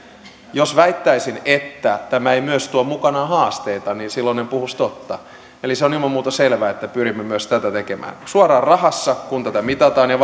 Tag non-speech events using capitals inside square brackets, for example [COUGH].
jos väittäisin että tämä ei tuo mukanaan myös haasteita niin silloin en puhuisi totta eli se on ilman muuta selvää että pyrimme myös tätä tekemään suoraan rahassa kun tätä mitataan ja [UNINTELLIGIBLE]